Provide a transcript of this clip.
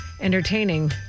entertaining